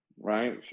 right